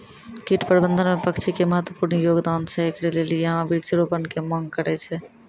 कीट प्रबंधन मे पक्षी के महत्वपूर्ण योगदान छैय, इकरे लेली यहाँ वृक्ष रोपण के मांग करेय छैय?